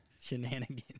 Shenanigans